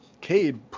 Cade